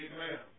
Amen